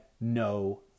no